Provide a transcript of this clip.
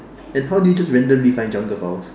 and how do you just randomly jungle files